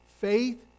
faith